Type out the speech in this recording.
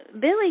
Billy